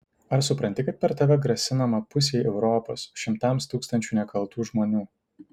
ar supranti kad per tave grasinama pusei europos šimtams tūkstančių nekaltų žmonių